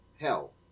Hell